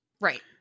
Right